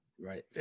Right